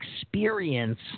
experience